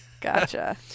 gotcha